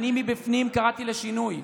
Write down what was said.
אני מבפנים קראתי לשינוי,